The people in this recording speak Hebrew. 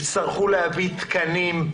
יצטרכו להביא תקנים,